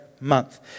month